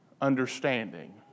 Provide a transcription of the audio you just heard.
understanding